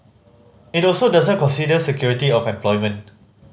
it also doesn't consider security of employment